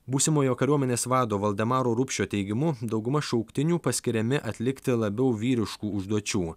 būsimojo kariuomenės vado valdemaro rupšio teigimu dauguma šauktinių paskiriami atlikti labiau vyriškų užduočių